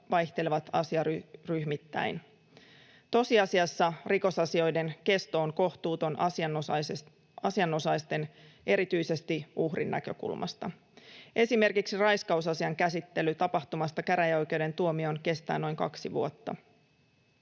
vaihtelevat asiaryhmittäin. Tosiasiassa rikosasioiden kesto on kohtuuton asianosaisten, erityisesti uhrin, näkökulmasta. Esimerkiksi raiskausasian käsittely tapahtumasta käräjäoikeuden tuomioon kestää noin kaksi vuotta.